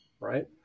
right